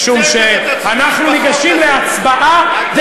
אתם הטעיתם את הציבור בחוק הזה.